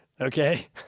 okay